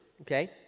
okay